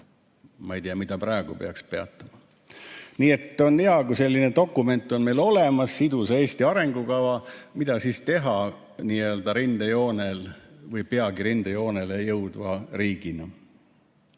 Ma ei tea, mida praegu peaks peatama. Nii et on hea, kui selline dokument on meil olemas, sidusa Eesti arengukava, et mida siis teha nii-öelda rindejoonel oleva või peagi rindejoonele jõudva riigina.